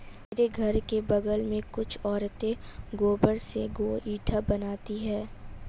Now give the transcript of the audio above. मेरे घर के बगल में कुछ औरतें गोबर से गोइठा बनाती है